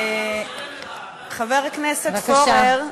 חבר הכנסת פורר,